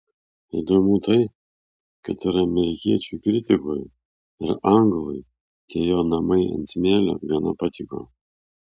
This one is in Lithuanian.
įdomu tai kad ir amerikiečiui kritikui ir anglui tie jo namai ant smėlio gana patiko